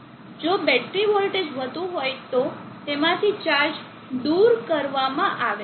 જો battery voltage વધુ હોય તો તેમાંથી ચાર્જ દૂર કરવામાં આવે છે